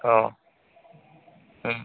ও হুম